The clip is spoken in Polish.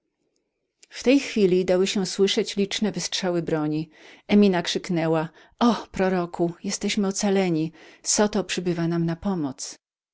w tej chwili dały się słyszeć liczne wystrzały broni emina krzyknęła o proroku jesteśmy ocaleni zoto przybywa nam na pomoc